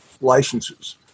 licenses